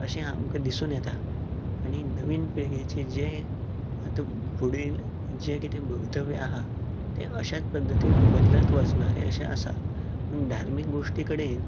अशें आमकां दिसून येता आनी नवीन पिळगेचें जें आतां जें फुडें भवितव्य आहा तें अशेंच पद्दतीन बदलत वचणारें अशें आसा पूण धार्मीक गोश्टि कडेन